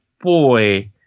boy